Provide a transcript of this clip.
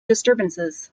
disturbances